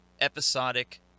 episodic